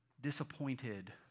disappointed